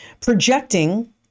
projecting